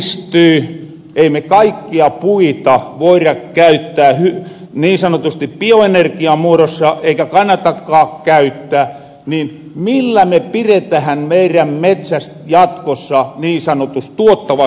kun ei me kaikkia puita voira käyttää niin sanotusti bioenerkian muorossa eikä kannatakaan käyttää niin millä me piretähän meirän metsät jatkossa niin sanotus tuottavas kunnos